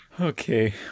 Okay